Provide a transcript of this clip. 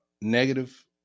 negative